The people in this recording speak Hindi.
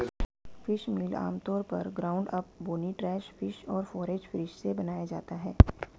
फिशमील आमतौर पर ground up, bony trash fish और फोरेज फिश से बनाया जाता है